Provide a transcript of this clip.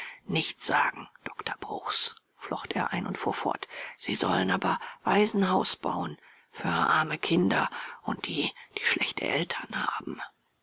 nichts sagen doktor bruchs flocht er ein und fuhr fort sie sollen aber waisenhaus bauen für arme kinder und die die schlechte eltern haben